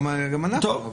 גם אנחנו.